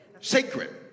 Sacred